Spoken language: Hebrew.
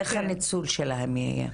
איך יהיה הניצול שלהם?